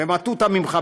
במטותא ממך,